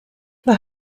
the